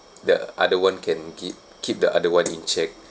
the other one can keep keep the other one in check